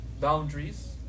Boundaries